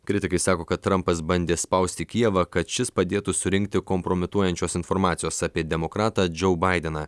kritikai sako kad trampas bandė spausti kijevą kad šis padėtų surinkti kompromituojančios informacijos apie demokratą džou baideną